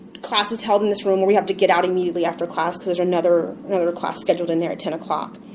class is held in this room where we have to get out immediately after class cause there's another class scheduled in there at ten o'clock.